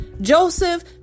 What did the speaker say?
Joseph